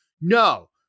No